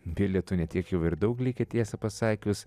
bilietų ne tiek jau ir daug likę tiesą pasakius